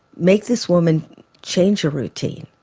make this woman change her routine,